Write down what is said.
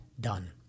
done